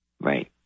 Right